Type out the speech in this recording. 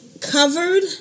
covered